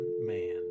man